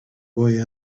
boy